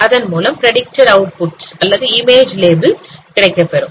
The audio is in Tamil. அதன்மூலம் பிரடிக்டட் அவுட்புட் அல்லது இமேஜ் லேபிள் கிடைக்கப்பெறும்